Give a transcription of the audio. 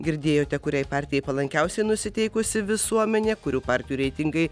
girdėjote kuriai partijai palankiausiai nusiteikusi visuomenė kurių partijų reitingai